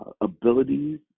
abilities